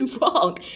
wrong